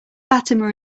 fatima